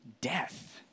death